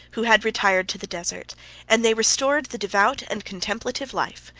who had retired to the desert and they restored the devout and contemplative life,